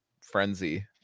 frenzy